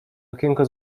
okienko